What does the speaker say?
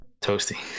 toasty